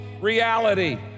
reality